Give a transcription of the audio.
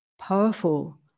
powerful